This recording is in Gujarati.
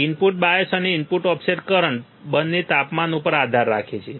ઇનપુટ બાયઝ અને ઇનપુટ ઓફસેટ કરંટ બંને તાપમાન ઉપર આધાર રાખે છે